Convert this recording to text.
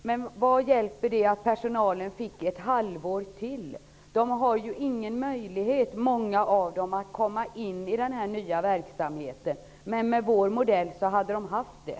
Herr talman! Vad hjälper det att personalen fick ytterligare ett halvår? Många av dem har ju ingen möjlighet att komma in i den här nya verksamheten. Men med vår modell hade de haft det.